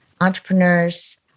Entrepreneurs